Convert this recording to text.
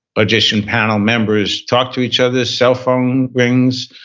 audition panel members talk to each other, cellphone rings,